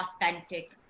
authentic